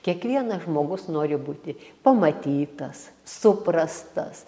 kiekvienas žmogus nori būti pamatytas suprastas